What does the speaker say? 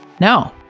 No